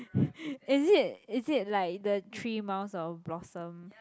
is it is it like the three miles of blossom